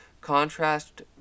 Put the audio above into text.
contrast